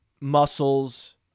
muscles